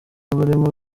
barimo